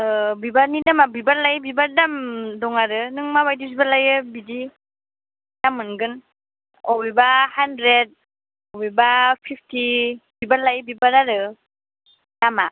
बिबारनि दामा बिबार लायै बिबार दाम दं आरो नों माबायदि बिबार लायो बिदि दाम मोनगोन अबेबा हानड्रेड अबेबा फिफिटि बिबार लायै बिबार आरो दामआ